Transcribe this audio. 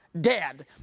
dead